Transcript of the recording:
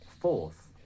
fourth